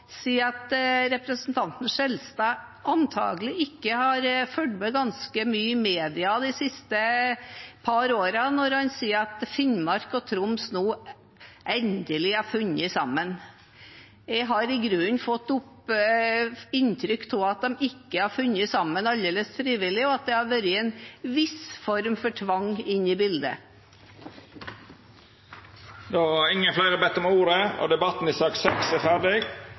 si at representanten Skjelstad antakelig ikke har fulgt særlig mye med i media de siste par årene når han sier at Finnmark og Troms nå endelig har funnet sammen. Jeg har i grunnen fått inntrykk av at de ikke har funnet sammen aldeles frivillig, og at det har vært en viss form for tvang inne i bildet. Fleire har ikkje bedt om ordet til sak